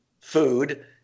food